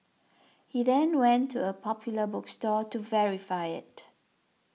he then went to a popular bookstore to verify it